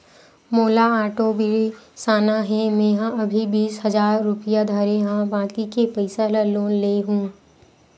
मोला आटो बिसाना हे, मेंहा अभी बीस हजार रूपिया धरे हव बाकी के पइसा ल लोन ले लेहूँ